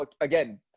again